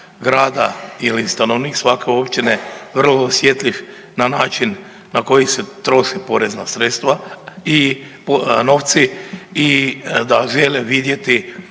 grada ili stanovnik svake općine vrlo osjetljiv na način na koji se troši porezna sredstva i novci i da žele vidjeti